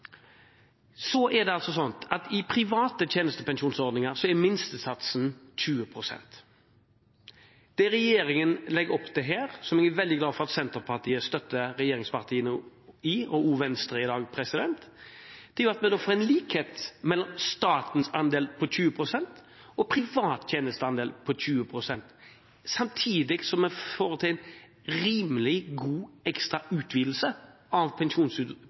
Så er det altså sånn at i private tjenestepensjonsordninger er minstesatsen 20 pst. Det regjeringen legger opp til her, som jeg er veldig glad for at Senterpartiet og Venstre støtter regjeringspartiene i i dag, er at vi da får en likhet mellom statens andel på 20 pst. og privat tjenesteandel på 20 pst., samtidig som vi får til en rimelig god ekstra utvidelse av